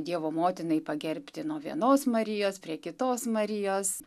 dievo motinai pagerbti nuo vienos marijos prie kitos marijos